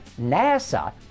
NASA